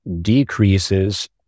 decreases